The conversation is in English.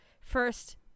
first